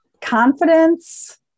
Confidence